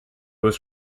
was